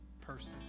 person